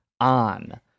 on